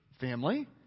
family